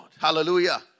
Hallelujah